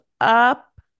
up